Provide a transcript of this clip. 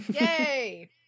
Yay